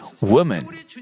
woman